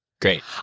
Great